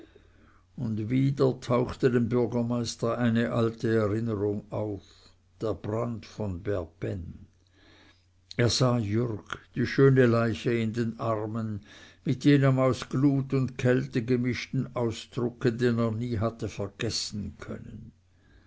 und wieder tauchte dem bürgermeister eine alte erinnerung auf der brand von berbenn er sah jürg die schöne leiche in den armen mit jenem aus glut und kälte gemischten ausdrucke den er nie hatte vergessen können